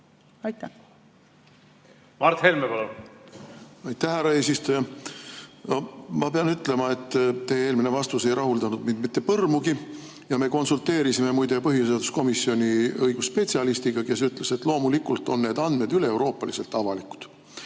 palun! Mart Helme, palun! Aitäh, härra eesistuja! Ma pean ütlema, et teie eelmine vastus ei rahuldanud mind mitte põrmugi ja me konsulteerisime põhiseaduskomisjoni õigusspetsialistiga, kes ütles, et loomulikult on need andmed üleeuroopaliselt avalikud.